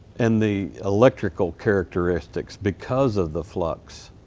and the electrical characteristics because of the flux.